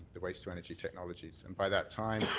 the waste to energy technologies. and by that time,